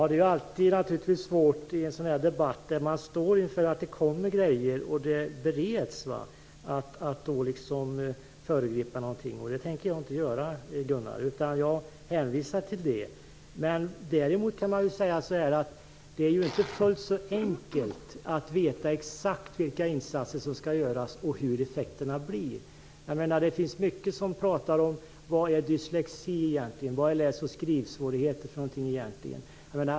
Fru talman! Det är naturligtvis alltid svårt att i en sådan här debatt föregripa sådant som skall komma och som bereds. Det tänker jag inte göra, Gunnar, utan jag hänvisar till det. Det är ju inte fullt så enkelt att veta exakt vilka insatser som skall göras och hur effekterna av dem blir. Det finns många som talar om vad dyslexi och läsoch skrivsvårigheter är egentligen.